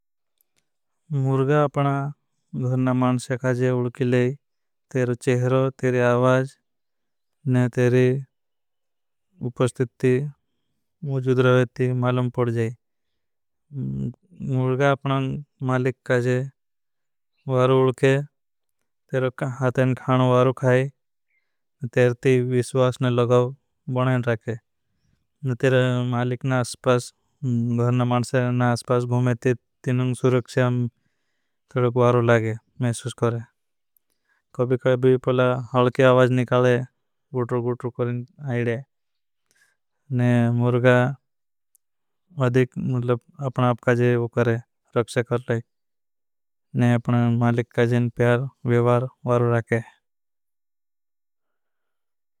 मुर्ग अपना गोहरना मानस्य काजे उड़किलेई तेरो चेहरो, तेरी आवाज ने तेरी उपस्तित्ति मुझुद्रवेती मालुम पड़जै। अपना मालिक काजे वारो उड़के, तेरो हातेन खानो वारो खाई, तेर ती विश्वास ने लगाव बनेन राखे। मालिक ना अस्पास, गोहरना मानस्य ना अस्पास भूमेते, तीनों सुरक्षाम तेरो वारो लागे मेसुस करें। कभी पहला हलकी आवाज निकालें, गुटर गुटर करें आईडे। मुर्गा अपना अपकाजे रक्षे कर लाई, ने अपना मालिक काजे प्यार, विवार वारोS लागे।